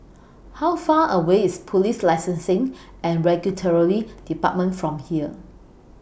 How Far away IS Police Licensing and Regulatory department from here